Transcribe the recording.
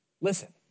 listen